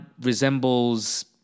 resembles